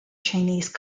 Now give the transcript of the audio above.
chinese